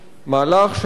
מהלך שאתה,